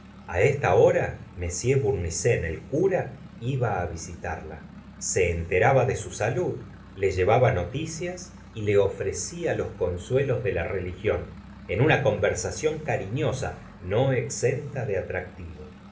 a esta horam bournisien el cura iba á visitarla se enteraba de su salud la llevaba noticias y le ofrecía los consuelos de la religión en una conversación cariñosa no exenta de atractivo